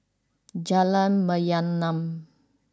Jalan Mayaanam